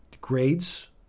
grades